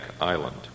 Island